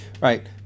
right